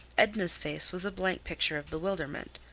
edna's face was a blank picture of bewilderment,